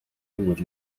with